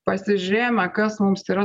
pasižiūrėjome kas mums yra